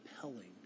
compelling